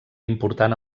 important